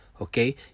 Okay